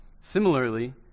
Similarly